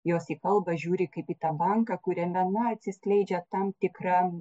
jos į kalbą žiūri kaip į tą banką kuriame na atsiskleidžia tam tikra